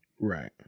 Right